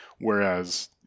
whereas